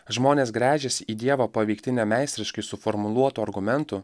žmonės gręžiasi į dievą paveikti ne meistriškai suformuluotų argumentų